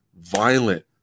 Violent